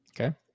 Okay